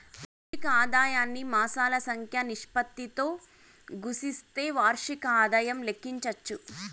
వార్షిక ఆదాయాన్ని మాసాల సంఖ్య నిష్పత్తితో గుస్తిస్తే వార్షిక ఆదాయం లెక్కించచ్చు